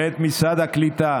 ואת משרד הקליטה